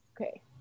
Okay